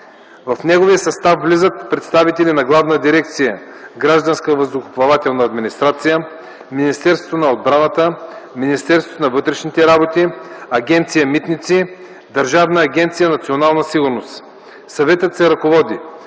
В неговия състав влизат представители на Главна дирекция „Гражданска въздухоплавателна администрация”, Министерството на отбраната, Министерството на вътрешните работи, Агенция „Митници” и Държавна агенция „Национална сигурност”. Съветът се ръководи